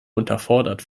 unterfordert